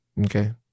Okay